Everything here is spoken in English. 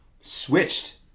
switched